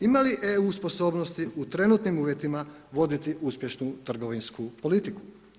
Ima li EU sposobnosti u trenutnim uvjetima voditi uspješnu trgovinsku politiku?